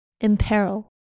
imperil